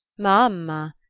m'ama!